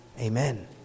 Amen